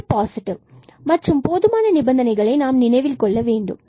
இது பாசிடிவ் மற்றும் போதுமான நிபந்தனைகளை நாம் நினைவில் கொள்ள வேண்டும்